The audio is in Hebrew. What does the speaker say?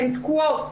הן תקועות.